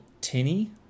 tinny